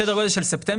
סדר גודל של ספטמבר,